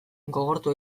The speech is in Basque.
gogortu